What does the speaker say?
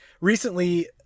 Recently